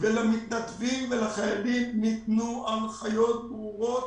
למתנדבים ולחיילים ניתנו הנחיות ברורות